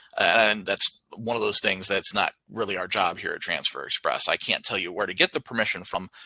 and that's one of those things that's not really our job here at transfer express. i can't tell you where to get the permission from,